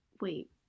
Wait